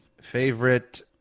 Favorite